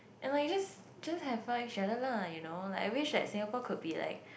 and like you just just have fun with each other lah you know like I wish that Singapore could be like